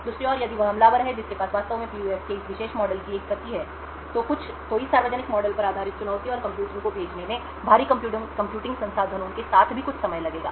दूसरी ओर यदि वह हमलावर है जिसके पास वास्तव में PUF के इस विशेष मॉडल की एक प्रति है तो इस सार्वजनिक मॉडल पर आधारित चुनौती और कंप्यूटिंग को भेजने में भारी कंप्यूटिंग संसाधनों के साथ भी कुछ समय लगेगा